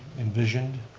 envisioned.